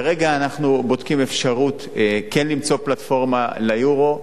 כרגע אנחנו בודקים אפשרות כן למצוא פלטפורמה ל"יורו".